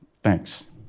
Thanks